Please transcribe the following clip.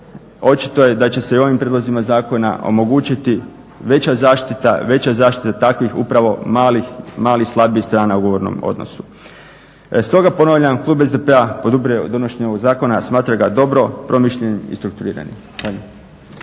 Očito je da će se ovim prijedlozima zakona omogućiti veća zaštita veća zaštita takvih upravo malih slabijih strana u ugovornom odnosu. Stoga ponavljam SDP-a podupire donošenje ovog zakona. Smatra ga dobro promišljenim i strukturiranim.